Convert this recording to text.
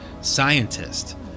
scientist